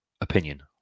opinion